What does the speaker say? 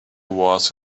was